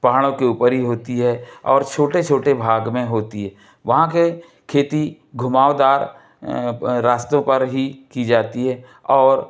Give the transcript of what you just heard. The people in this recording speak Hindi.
पहाड़ों के ऊपर ही होती है और छोटे छोटे भाग में होती है वहाँ के खेती घुमावदार रास्तों पर ही की जाती है और